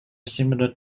similar